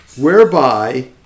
whereby